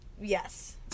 Yes